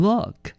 Look